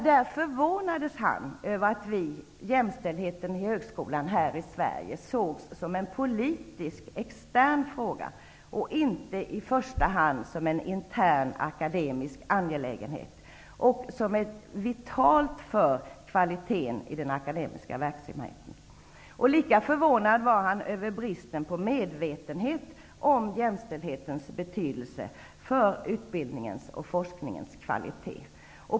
Där förvånades han över att jämställdheten i högskolan här i Sverige sågs som en politiskt extern fråga och inte i första hand som en intern akademisk angelägenhet, vilket är vitalt för kvaliteten i den akademiska verksamheten. Lika förvånad var han över bristen på medvetenhet om jämställdhetens betydelse för utbildningens och forskningens kvalitet.